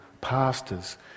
pastors